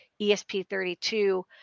ESP32